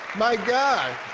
my god.